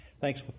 Thanks